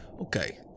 okay